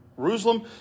Jerusalem